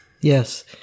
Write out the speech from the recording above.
Yes